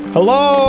Hello